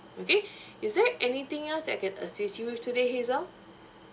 okay is there anything else that I can assist you today hazel